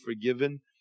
forgiven